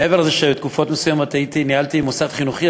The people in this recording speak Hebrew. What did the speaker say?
מעבר לזה שתקופות מסוימות ניהלתי מוסד חינוכי,